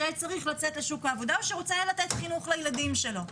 שצריך לצאת לשוק העבודה או שרוצה לתת חינוך לילדים שלו.